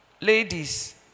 Ladies